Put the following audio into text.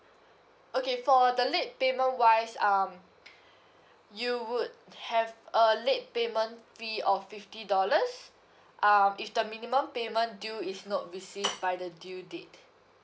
okay for the late payment wise um you would have a late payment fee of fifty dollars um if the minimum payment due is not received by the due date